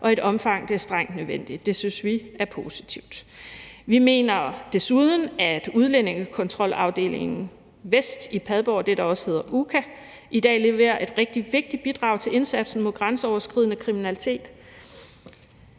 og i det omfang, det er strengt nødvendigt. Det synes vi er positivt. Vi mener desuden, at Udlændingekontrolafdeling Vest i Padborg, der også hedder UKA, i dag leverer et rigtig vigtigt bidrag til indsatsen mod den grænseoverskridende kriminalitet.